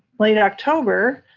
late october,